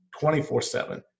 24-7